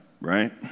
right